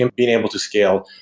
and being able to scale.